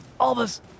Albus